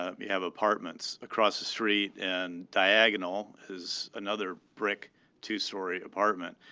ah we have apartments across the street. and diagonal is another brick two story apartment.